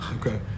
okay